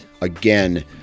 again